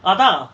அதா:atha